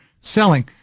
selling